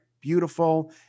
beautiful